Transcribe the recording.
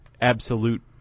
absolute